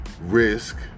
risk